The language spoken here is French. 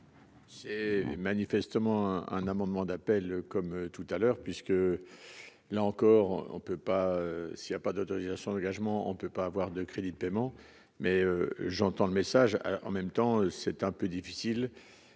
C'est manifestement un amendement d'appel comme tout à l'heure, puisque là encore, on ne peut pas s'il y a pas d'autorisation d'engagement, on ne peut pas avoir de crédits de paiement mais j'entends le message en même temps c'est un peu difficile